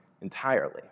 entirely